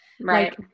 Right